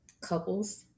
couples